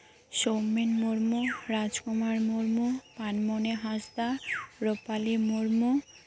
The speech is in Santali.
ᱥᱚᱢᱮᱱ ᱢᱩᱨᱢᱩ ᱨᱟᱡᱽᱠᱩᱢᱟᱨ ᱢᱩᱨᱢᱩ ᱯᱟᱱᱢᱩᱱᱤ ᱦᱟᱸᱥᱫᱟ ᱨᱩᱯᱟᱞᱤ ᱢᱩᱨᱢᱩ